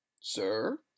Sir